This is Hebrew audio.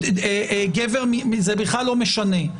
זה בכלל לא משנה,